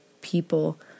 people